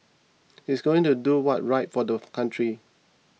he's going to do what's right for the country